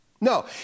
No